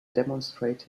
demonstrate